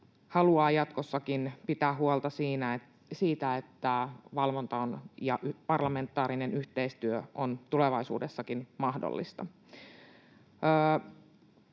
haluaa jatkossakin pitää huolta siitä, että valvonta ja parlamentaarinen yhteistyö on tulevaisuudessakin mahdollista.